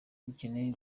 dukeneye